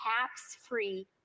tax-free